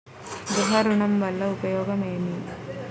గృహ ఋణం వల్ల ఉపయోగం ఏమి?